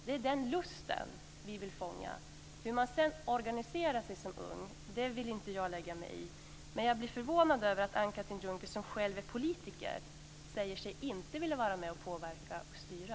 Det är den lusten vi vill fånga. Hur man sedan organiserar sig som ung vill jag inte lägga mig i. Men jag blir förvånad över att Anne-Katrine Dunker som själv är politiker säger sig inte vilja vara med att påverka och styra.